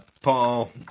Paul